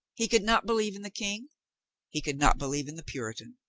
he could not believe in the king he could not believe in the puritan